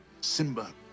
Simba